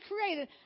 created